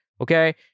okay